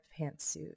pantsuit